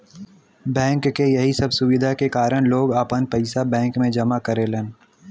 bank के यही सब सुविधा के कारन लोग आपन पइसा बैंक में जमा करेलन